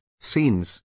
scenes